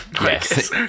yes